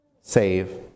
save